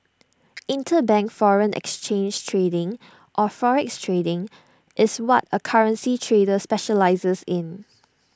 interbank foreign exchange trading or forex trading is what A currency trader specialises in